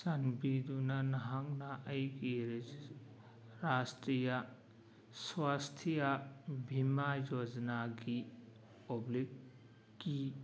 ꯆꯥꯟꯕꯤꯗꯨꯅ ꯅꯍꯥꯛꯅ ꯑꯩꯒꯤ ꯔꯥꯁꯇ꯭ꯔꯤꯌꯥ ꯁ꯭ꯋꯥꯁꯊꯤꯌꯥ ꯕꯤꯃꯥ ꯌꯣꯖꯥꯅꯥꯒꯤ ꯑꯣꯕ꯭ꯂꯤꯛ ꯀꯤ